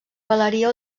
galeria